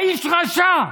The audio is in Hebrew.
האיש רשע,